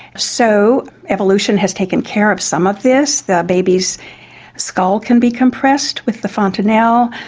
so evolution has taken care of some of this. the baby's skull can be compressed with the fontanelle,